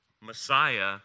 messiah